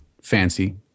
fancy